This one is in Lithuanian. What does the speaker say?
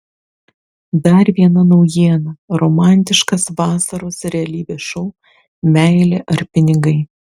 dar viena naujiena romantiškas vasaros realybės šou meilė ar pinigai